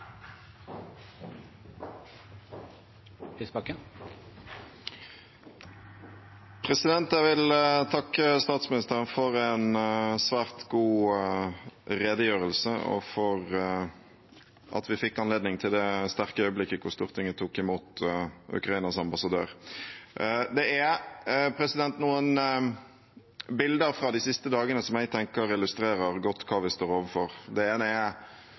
Jeg vil takke statsministeren for en svært god redegjørelse og for at vi fikk anledning til å ha det sterke øyeblikket da Stortinget tok imot Ukrainas ambassadør. Det er noen bilder fra de siste dagene som jeg tenker illustrerer godt hva vi står overfor. Det ene